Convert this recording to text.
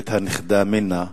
ואת הנכדה מינה,